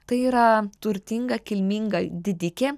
tai yra turtinga kilminga didikė